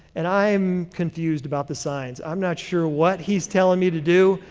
and i'm confused about the signs. i'm not sure what he's telling me to do.